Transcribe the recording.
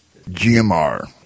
GMR